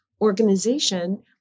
organization